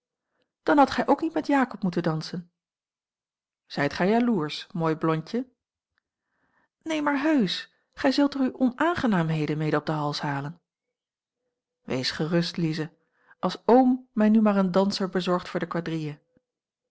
dan hadt gij ook niet met jakob moeten dansen zijt gij jaloersch mooi blondje neen maar heusch gij zult er u onaangenaamheden mede op den hals halen wees gerust lize als oom mij nu maar een danser bezorgt voor de quadrille